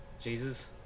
Jesus